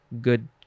good